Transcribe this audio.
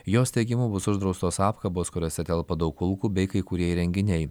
jos teigimu bus uždraustos apkabos kuriose telpa daug kulkų bei kai kurie įrenginiai